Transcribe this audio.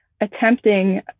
attempting